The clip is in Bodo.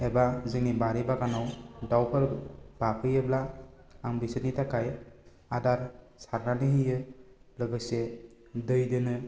एबा जोंनि बारि बागानाव दावफोर बाफैयोब्ला आं बिसोरनि थाखाय आदार सारनानै होयो लोगोसे दै दोनो